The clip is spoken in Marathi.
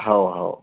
हो हो